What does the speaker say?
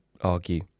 argue